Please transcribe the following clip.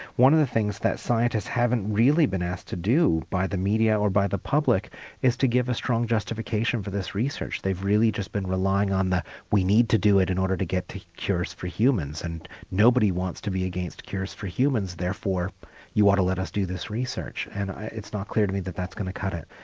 one of the things that scientists haven't really been asked to do by the media or by the public is to give a strong justification for this research. they've really just been relying on the we need to do it in order to get cures for humans and nobody wants to be against cures for humans, therefore you ought to let us do this research' and it's not clear to me that that's going to cut it.